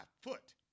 foot